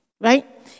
right